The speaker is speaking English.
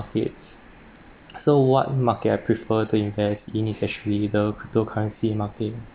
~ket okay so what market I prefer to invest in especially the cryptocurrency market